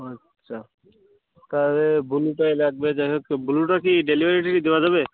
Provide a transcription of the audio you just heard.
ও আচ্ছা তাহলে ব্লুটাই লাগবে যাইহোক তো ব্লুটা কি ডেলিভারি টারি দেওয়া যাবে